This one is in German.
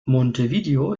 montevideo